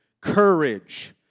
courage